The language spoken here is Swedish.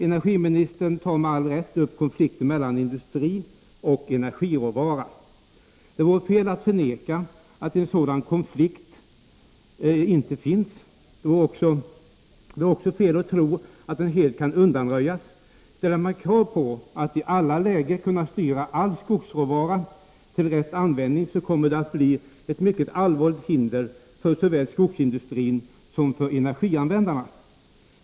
Energiministern tar med all rätt upp konflikten mellan industrioch energiråvara. Det vore fel att förneka att en sådan konflikt finns. Det är också fel att tro att den helt kan undanröjas. Ställer man kravet att man i alla lägen skall kunna styra all skogsråvara till rätt användning, kommer det att bli ett mycket allvarligt hinder för såväl skogsindustrin som energianvändarna.